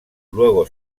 luego